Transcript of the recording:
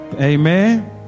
Amen